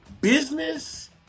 business